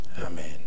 Amen